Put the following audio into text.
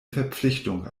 verpflichtung